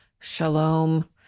Shalom